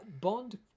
bond